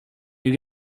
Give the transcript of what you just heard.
you